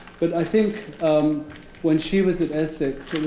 but i think um when she was at essex